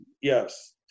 Yes